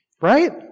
Right